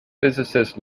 physicist